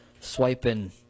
swiping